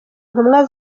intumwa